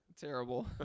Terrible